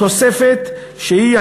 תוספת שהיא,